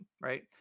right